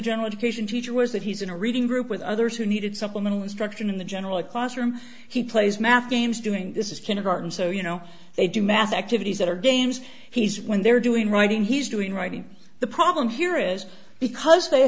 general education teacher was that he's in a reading group with others who needed supplemental instruction in the general a classroom he plays math games doing this is kindergarten so you know they do math activities that are games he's when they're doing writing he's doing writing the problem here is because they